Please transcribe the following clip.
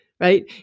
Right